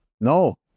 no